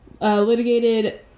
litigated